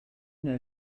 know